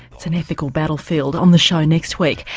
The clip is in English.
it's an ethical battlefield, on the show next week.